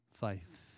faith